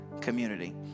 community